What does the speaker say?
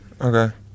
okay